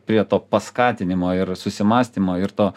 prie to paskatinimo ir susimąstymo ir to